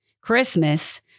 Christmas